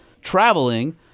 traveling